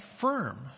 firm